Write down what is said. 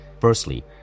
Firstly